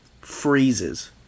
freezes